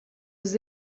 eus